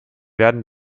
werden